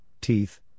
teeth